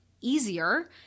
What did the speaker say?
easier